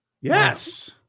Yes